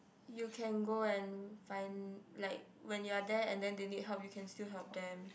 you can go and find like when you're there and then they need help you can still help them